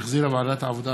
שהחזירה ועדת העבודה,